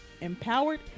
empowered